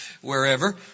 wherever